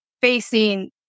facing